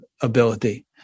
ability